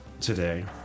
today